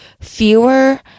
fewer